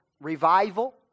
revival